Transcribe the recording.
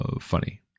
Funny